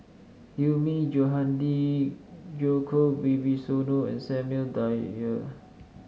Hilmi Johandi Djoko Wibisono and Samuel Dyer